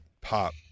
pop